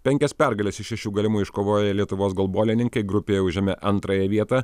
penkias pergales iš šešių galimų iškovoję lietuvos golbolininkai grupėje užėmė antrąją vietą